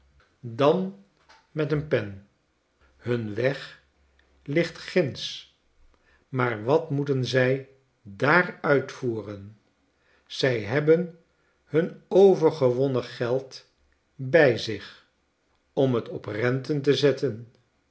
dan met een pen hun weg ligt ginds maar wat moeten zij daar uitvoeren zij hebben hun overgewonnen geld bij zich om t op renten te zetten